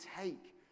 take